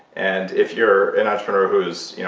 and if you're an entrepreneur who's, yeah